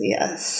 Yes